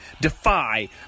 Defy